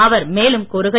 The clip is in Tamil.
அவர் மேலும் கூறுகையில்